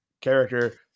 character